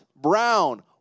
brown